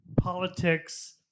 politics